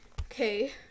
Okay